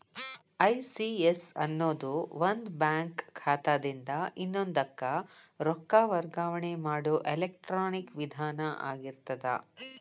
ECS ಅನ್ನೊದು ಒಂದ bank ಖಾತಾದಿನ್ದ ಇನ್ನೊಂದಕ್ಕ ರೊಕ್ಕ ವರ್ಗಾವಣೆ ಮಾಡೊ ಎಲೆಕ್ಟ್ರಾನಿಕ್ ವಿಧಾನ ಆಗಿರ್ತದ